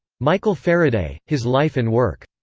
michael faraday, his life and work.